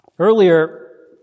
Earlier